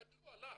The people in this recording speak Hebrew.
גדלו עליו.